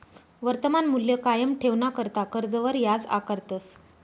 वर्तमान मूल्य कायम ठेवाणाकरता कर्जवर याज आकारतस